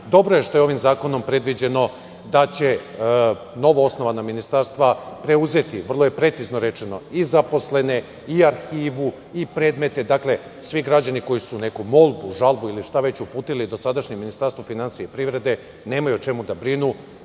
je što je ovim zakonom predviđeno da će novoosnovana ministarstva preuzeti, vrlo je precizno rečeno, i zaposlene i arhivu i predmete. Dakle, svi građani koji su neku molbu, žalbu ili šta već uputili dosadašnjem Ministarstvu finansija i privrede, nemaju o čemu da brinu.